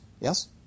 Yes